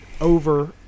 Over